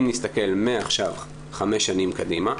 אם נסתכל מעכשיו חמש שנים קדימה,